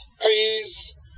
Please